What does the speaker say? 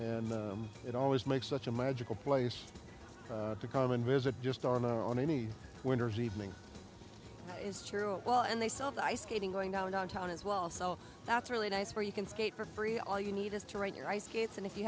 and it always makes such a magical place to come and visit just on a on any winter's evening is well and they saw the ice skating going down downtown as well so that's really nice where you can skate for free all you need is to write your ice skates and if you